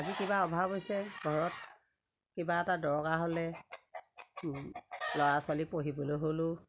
আজি কিবা অভাৱ হৈছে ঘৰত কিবা এটা দৰকাৰ হ'লে ল'ৰা ছোৱালী পঢ়িবলৈ হ'লেও